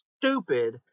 stupid